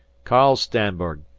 carl stanberg,